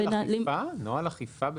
נוהל אכיפה?